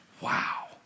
Wow